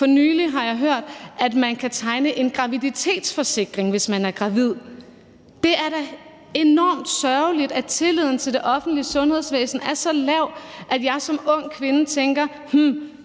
For nylig har jeg hørt, at man kan tegne en graviditetsforsikring, hvis man er gravid. Det er da enormt sørgeligt, at tilliden til det offentlige sundhedsvæsen er så lav, at jeg som ung kvinde tænker: Hm,